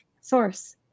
source